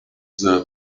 their